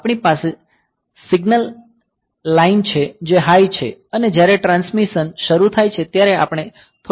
આપણી પાસે signal line છે જે હાઈ છે અને જ્યારે ટ્રાન્સમિશન શરૂ થાય છે ત્યારે આપણે થોડી ઓછી મોકલીએ છીએ